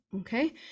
okay